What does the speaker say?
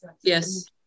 Yes